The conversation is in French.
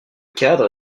cadre